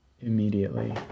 immediately